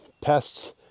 pests